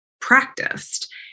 practiced